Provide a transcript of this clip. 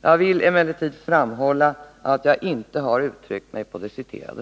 Jag vill emellertid framhålla att jag inte har uttryckt mig på det citerade sättet.